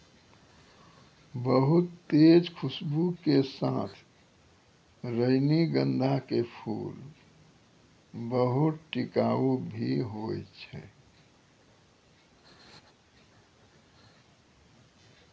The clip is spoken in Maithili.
बहुत तेज खूशबू के साथॅ रजनीगंधा के फूल बहुत टिकाऊ भी हौय छै